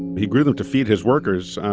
he grew them to feed his workers,